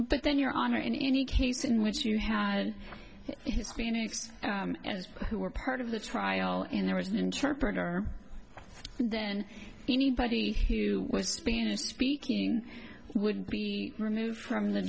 but then your honor in any case in which you had hispanics who were part of the trial and there was an interpreter then anybody who was spanish speaking would be removed from the